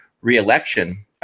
re-election